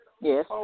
Yes